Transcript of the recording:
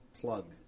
plug